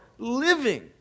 living